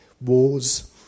wars